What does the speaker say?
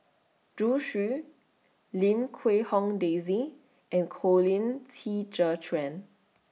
Zhu Xu Lim Quee Hong Daisy and Colin Qi Zhe Quan